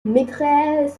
maîtresse